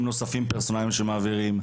פרסונאליים שמעבירים,